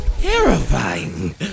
terrifying